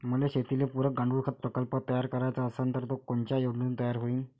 मले शेतीले पुरक गांडूळखत प्रकल्प तयार करायचा असन तर तो कोनच्या योजनेतून तयार होईन?